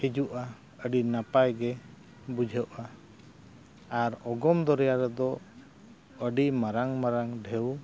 ᱦᱤᱡᱩᱜᱼᱟ ᱟᱹᱰᱤ ᱱᱟᱯᱟᱭ ᱜᱮ ᱵᱩᱡᱷᱟᱹᱜᱼᱟ ᱟᱨ ᱚᱜᱚᱢ ᱫᱚᱨᱭᱟ ᱨᱮᱫᱚ ᱟᱹᱰᱤ ᱢᱟᱨᱟᱝ ᱢᱟᱨᱟᱝ ᱰᱷᱮᱣ